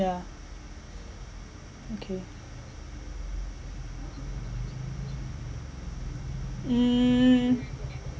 yeah okay mm